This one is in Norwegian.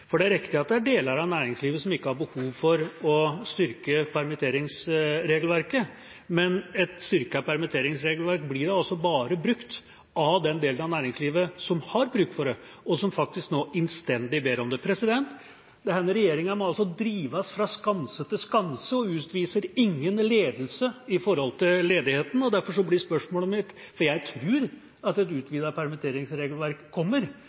Det er riktig at det er deler av næringslivet som ikke har behov for å styrke permitteringsregelverket, men et styrket permitteringsregelverk blir da også bare brukt av den delen av næringslivet som har bruk for det, og som faktisk nå innstendig ber om det. Denne regjeringa må altså drives fra skanse til skanse og utviser ingen ledelse når det gjelder ledigheten. Jeg tror at et utvidet permitteringsregelverk kommer, hvis bare mange sterke grupper får mase lenge nok. Derfor blir spørsmålet mitt: